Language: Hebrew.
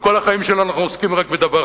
וכל החיים שלנו אנחנו עוסקים רק בדבר